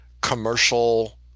commercial